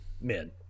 men